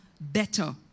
better